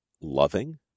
loving